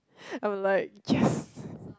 I would like yes